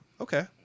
okay